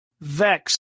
Vex